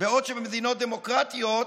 בעוד שבמדינות דמוקרטיות